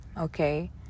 okay